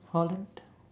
Holland